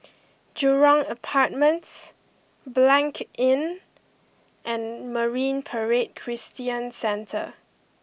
Jurong Apartments Blanc Inn and Marine Parade Christian Centre